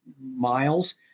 miles